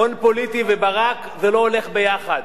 הון פוליטי וברק זה לא הולך ביחד.